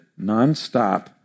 nonstop